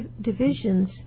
divisions